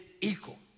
equal